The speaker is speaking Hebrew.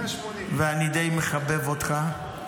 ואני די מחבב אותך,